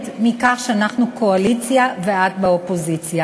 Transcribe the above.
מכך שאנחנו קואליציה ואת באופוזיציה.